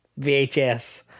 VHS